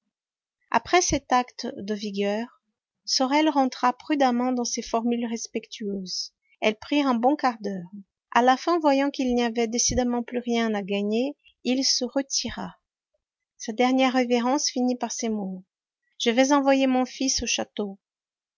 après cet acte de vigueur sorel rentra prudemment dans ses formules respectueuses elles prirent un bon quart d'heure a la fin voyant qu'il n'y avait décidément plus rien à gagner il se retira sa dernière révérence finit par ces mots je vais envoyer mon fils au château